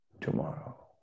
tomorrow